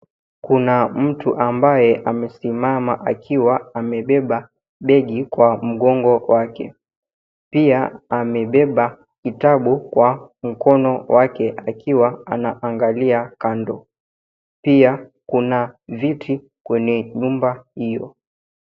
Kuna mtu ambaye amesimama akiwa amebeba begi kwa mgongo wake. Pia amebeba kitabu kwa mkono wake akiwa anaangalia kando. Pia kuna viti kwenye nyumba hiyo.